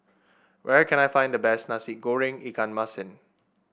where can I find the best Nasi Goreng Ikan Masin